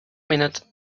minute